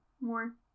more